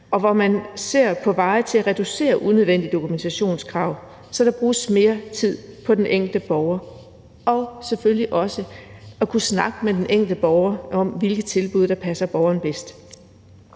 hvor man ser på veje til at reducere unødvendige dokumentationskrav, så der bruges mere tid på den enkelte borger og selvfølgelig også på at snakke med den enkelte borger om, hvilke tilbud der passer borgeren bedst.